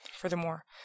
Furthermore